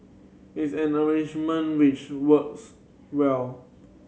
it's an arrangement which works well